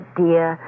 dear